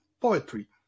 poetry